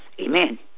Amen